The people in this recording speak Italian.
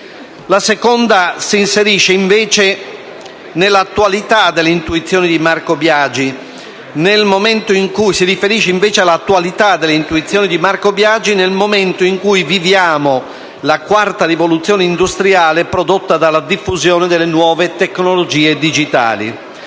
La seconda si riferisce invece all'attualità dell'intuizione di Marco Biagi, nel momento in cui viviamo la quarta rivoluzione industriale prodotta dalla diffusione delle nuove tecnologie digitali.